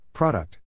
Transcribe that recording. Product